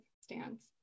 stands